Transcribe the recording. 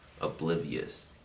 oblivious